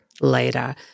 later